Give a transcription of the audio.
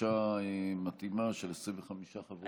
בקשה מתאימה של 25 חברי כנסת.